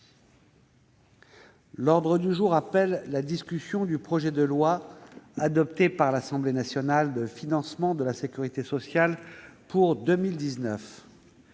L'ordre du jour appelle la discussion du projet de loi, adopté par l'Assemblée nationale, de financement de la sécurité sociale pour 2019